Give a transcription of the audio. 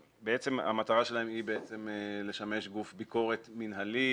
המטרה שלהם היא לשמש גוף ביקורת מנהלי,